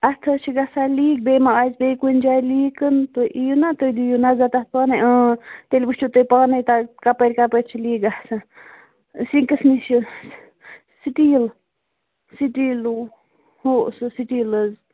اَتھ حظ چھِ گَژھان لیٖک بیٚیہِ ما آسہِ بیٚیہِ کُنہِ جایہِ لیٖک تُہۍ یِیِو نا تُہۍ دِیِو نَظر تتھ پانے تیٚلہِ وُچھِو تُہۍ پانے تتھ کَپٲرۍ کَپٲرۍ چھِ لیٖک گَژھان سِنکَس نِشہٕ سِٹیٖل سِٹیٖلوٗ ہُہ سُہ سِٹیٖل حظ